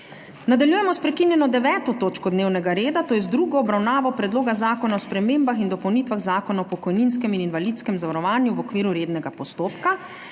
Nadaljujemo s prekinjeno 9. točko dnevnega reda, to je z drugo obravnavo Predloga zakona o spremembah in dopolnitvah Zakona o pokojninskem in invalidskem zavarovanju v okviru rednega postopka.